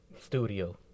Studio